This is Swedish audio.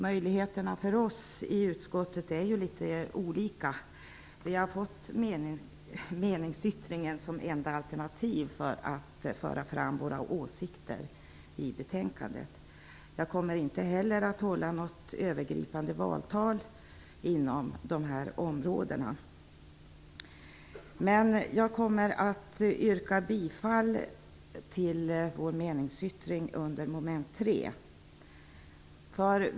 Möjligheterna för oss i utskottet är litet olika. Vi har meningsyttringen som enda alternativ för att föra fram våra åsikter. Jag kommer inte heller att hålla något övergripande valtal inom dessa områden. Jag yrkar bifall till vår meningsyttring under mom. 3.